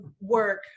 work